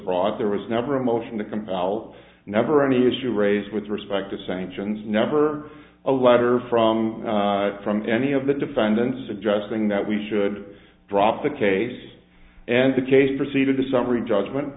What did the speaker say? brought there was never a motion to compel never any issue raised with respect to sanctions never a letter from any of the defendants suggesting that we should drop the case and the case proceeded to summary judgment